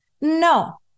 No